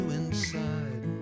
inside